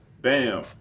bam